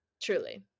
Truly